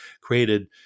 created